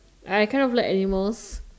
I kind of like animals